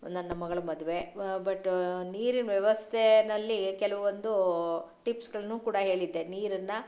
ನನ್ನ ಮಗಳ ಮದುವೆ ಬಟ್ ನೀರಿನ ವ್ಯವಸ್ಥೆನಲ್ಲಿ ಕೆಲವೊಂದು ಟಿಪ್ಸ್ಗಳನ್ನು ಕೂಡ ಹೇಳಿದ್ದೆ